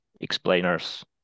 explainers